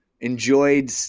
enjoyed